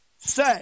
say